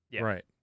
Right